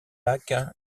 lac